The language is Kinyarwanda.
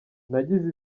nagize